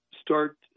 start